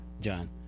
John